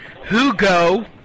Hugo